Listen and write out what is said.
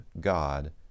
God